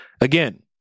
Again